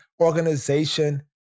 organization